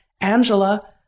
Angela